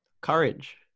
courage